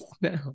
now